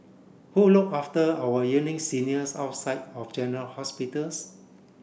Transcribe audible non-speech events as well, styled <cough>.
who look after our <unintelligible> seniors outside of general hospitals